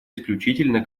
исключительно